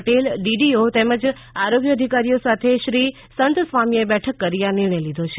Patel DDO તેમજ આરોગ્ય અધિકારીઓ સાથે શ્રી સંતસ્વામીએ બેઠક કરી આ નિર્ણય લીધો છે